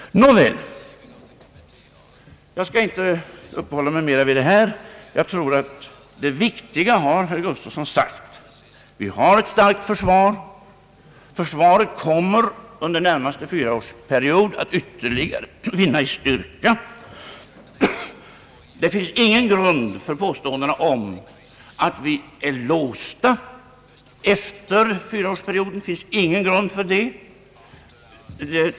Nåväl, jag skall inte uppehålla mig mera vid detta. Jag tror att herr Bengt Gustavsson har sagt det viktiga. Vi har ett starkt försvar. Detta kommer under närmaste fyraårsperiod att ytterligare vinna i styrka. Det finns ingen grund för påståendena om att vi är låsta efter fyraårsperioden.